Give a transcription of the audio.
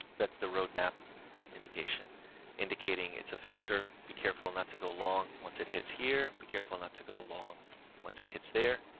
that's the roadmap indication indicating it's a filter. be careful not to go long. once it hits here, be careful not to go long once it hits there.